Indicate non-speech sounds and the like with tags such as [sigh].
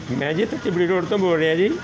ਮੈਂ [unintelligible] ਰੋਡ ਤੋਂ ਬੋਲ ਰਿਹਾ ਜੀ